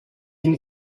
ihn